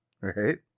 right